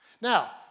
Now